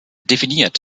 definiert